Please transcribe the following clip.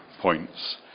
points